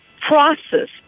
process